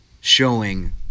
showing